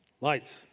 Lights